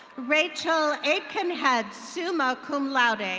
rachel aitkenhead, summa cum laude. and